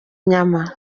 inyama